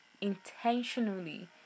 intentionally